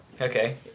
Okay